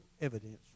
evidence